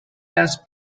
asked